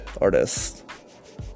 artists